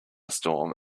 storm